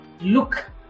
look